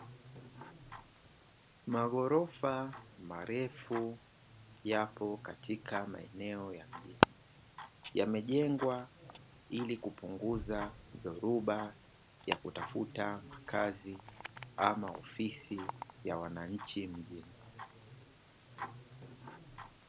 Maghorofa marefu yapo katika maeneo ya mjini, yamejengwa ili kupunguza dhoruba ya kutafuta makazi, ama ofisi ya wananchi mjini.